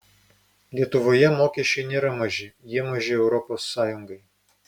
lietuvoje mokesčiai nėra maži jie maži europos sąjungai